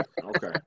Okay